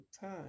time